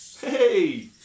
Hey